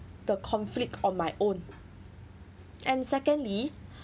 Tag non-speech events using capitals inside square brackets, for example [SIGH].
the conflict on my own and secondly [BREATH]